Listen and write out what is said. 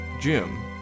Jim